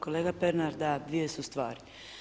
Kolega Pernar, da dvije su stvari.